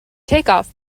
takeoff